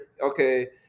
okay